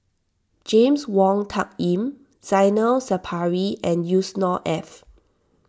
James Wong Tuck Yim Zainal Sapari and Yusnor Ef